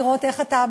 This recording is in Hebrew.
לראות איך אתה,